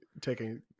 taking